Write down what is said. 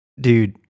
dude